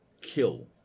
kill